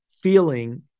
feeling